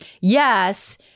Yes